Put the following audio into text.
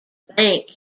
bank